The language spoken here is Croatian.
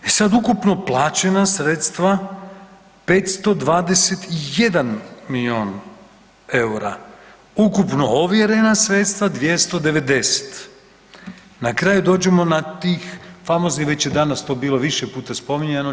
E sad ukupno plaćena sredstva 521 milijun eura, ukupno ovjerena sredstva 290, na kraju dođemo na tih famoznih, već je danas to bilo više puta spominjano 49%